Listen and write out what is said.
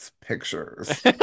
pictures